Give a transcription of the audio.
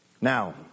Now